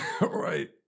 Right